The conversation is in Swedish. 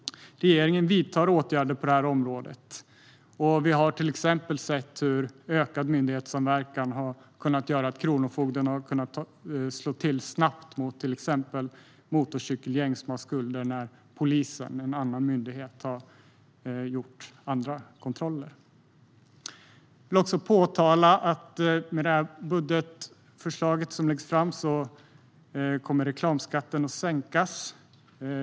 Regeringen vidtar åtgärder på detta område. Vi har till exempel sett hur ökad myndighetssamverkan har kunnat göra att kronofogden har kunnat slå till snabbt mot till exempel motorcykelgäng som har skulder när polisen, en annan myndighet, har gjort andra kontroller. Jag vill också framhålla att med det budgetförslag som läggs fram kommer reklamskatten att sänkas.